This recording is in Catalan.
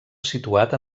situat